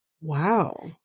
Wow